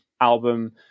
album